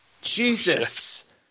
Jesus